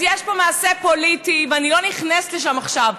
אז יש פה מעשה פוליטי, ואני לא נכנסת לשם עכשיו.